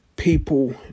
People